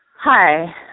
Hi